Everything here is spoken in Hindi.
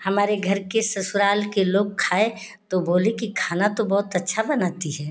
हमारे घर के ससुराल के लोग खाए तो बोले कि खाना तो बहुत अच्छा बनाती है